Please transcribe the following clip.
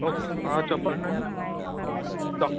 చెప్పండి అండి డా